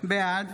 בעד